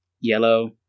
Yellow